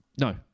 no